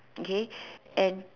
okay and